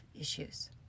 issues